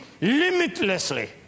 limitlessly